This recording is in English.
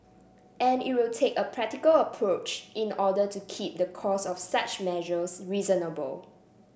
and it will take a practical approach in order to keep the cost of such measures reasonable